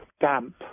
damp